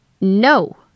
No